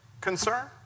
concern